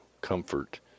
comfort